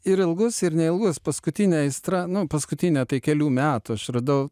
ir ilgus ir neilgus paskutinė aistra nu paskutinę tai kelių metų aš radau